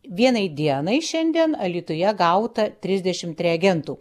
vienai dienai šiandien alytuje gauta trisdešimt reagentų